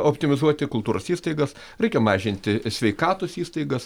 optimizuoti kultūros įstaigas reikia mažinti sveikatos įstaigas